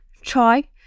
Try